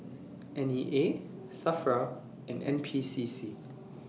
N E A SAFRA and N P C C